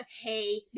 hey